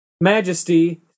majesty